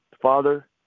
Father